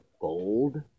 Gold